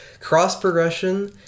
Cross-progression